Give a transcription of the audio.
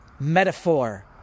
metaphor